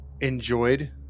enjoyed